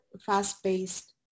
fast-paced